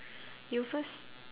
you first